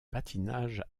patinage